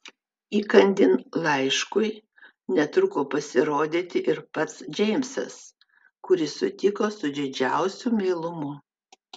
įkandin laiškui netruko pasirodyti ir pats džeimsas kurį sutiko su didžiausiu meilumu